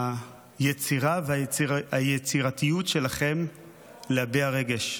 היצירה והיצירתיות שלכם להביע רגש.